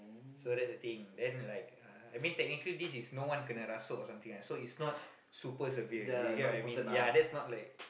so that's the thing then like I mean technically this is no one kena rasuk or something ah so it's not super severe yeah you get what I mean that's not like